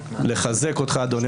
לחזק אותך, אדוני